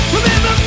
Remember